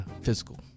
physical